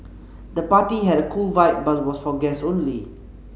the party had a cool vibe but was for guests only